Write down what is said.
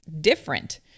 different